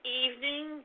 evening